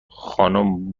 خانم